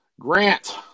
Grant